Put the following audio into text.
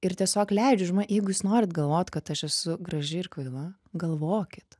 ir tiesiog leidžiu žm jeigu jūs norit galvot kad aš esu graži ir kvaila galvokit